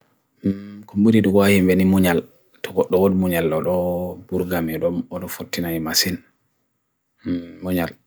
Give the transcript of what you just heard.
kum buri duwahi mweni munyal, duwod munyal lodo burgami lodo 49 masin, munyal.